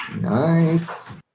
Nice